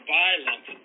violence